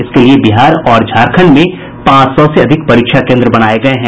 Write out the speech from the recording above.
इसके लिए बिहार और झारखंड में पांच सौ से अधिक परीक्षा केन्द्र बनाये गये हैं